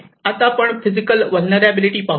आता आपण physical vulnerability पाहू